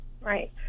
Right